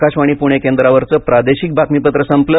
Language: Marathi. आकाशवाणी पृणे केंद्रावरचं प्रादेशिक बातमीपत्र संपलं